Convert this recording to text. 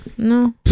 No